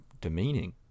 demeaning